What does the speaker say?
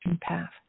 path